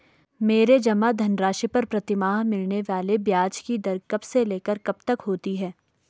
मेरे जमा धन राशि पर प्रतिमाह मिलने वाले ब्याज की दर कब से लेकर कब तक होती है?